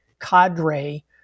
cadre